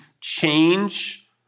change